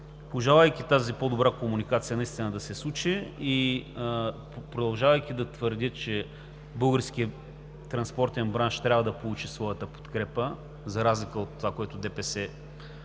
Пожелавайки тази по-добра комуникация наистина да се случи и продължавайки да твърдя, че българският транспортен бранш трябва да получи своята подкрепа, за разлика от това, което ДПС